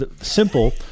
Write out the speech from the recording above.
Simple